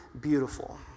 beautiful